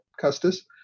Custis